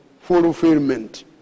fulfillment